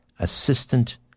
Assistant